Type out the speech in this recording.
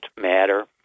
matter